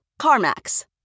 CarMax